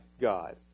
God